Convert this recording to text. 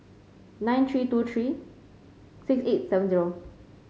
nine three two three six eight seven zero